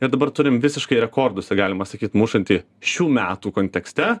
ir dabar turim visiškai rekordus taip galima sakyti mušantį šių metų kontekste